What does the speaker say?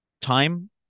time